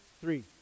three